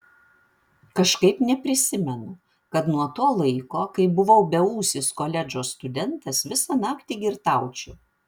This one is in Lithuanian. kažkaip neprisimenu kad nuo to laiko kai buvau beūsis koledžo studentas visą naktį girtaučiau